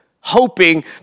hoping